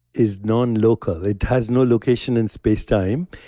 is non-local. it has no location in space-time.